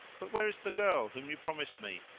but where is the girl whom you promised me?